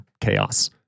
chaos